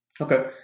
Okay